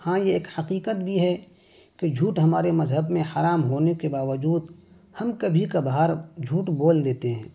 ہاں یہ ایک حقیقت بھی ہے کہ جھوٹ ہمارے مذہب میں حرام ہونے کے باوجود ہم کبھی کبھار جھوٹ بول دیتے ہیں